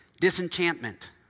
Disenchantment